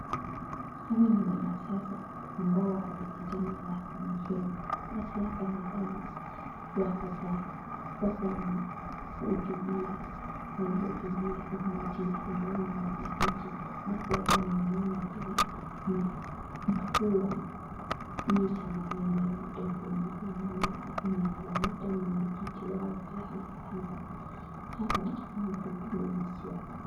Hawa ni wanasiasa ambao wako kwenye chama ya ODM. Basi hapa ni kama wako wanahutubia umati ambao wananchi. Basi hapa namuona pia kuna mkuu wa hii chama ambayo inaitwa ODM, pia ama kuna mwenyekiti wao pia ako hapa. Hawa ni watu tu wenye siasa.